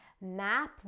map